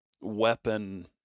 weapon